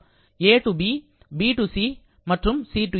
A to B B to C and C to A